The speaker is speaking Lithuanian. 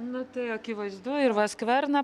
na tai akivaizdu ir va skverną